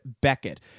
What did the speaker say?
Beckett